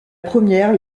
première